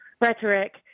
rhetoric